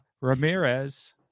Ramirez